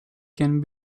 can